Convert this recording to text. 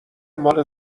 مال